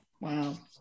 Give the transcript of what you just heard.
Wow